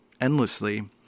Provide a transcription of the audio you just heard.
endlessly